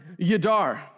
Yadar